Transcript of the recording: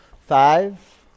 Five